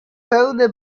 pełne